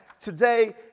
today